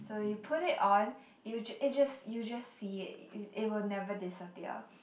so you put it on you you just you just see it it it will never disappear